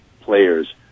players